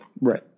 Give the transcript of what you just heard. Right